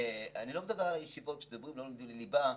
אני לא מדבר על הישיבות שבהן לא לומדים ליבה,